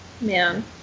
man